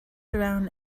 around